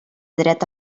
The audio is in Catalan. dret